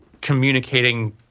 communicating